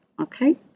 okay